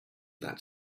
that